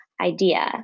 idea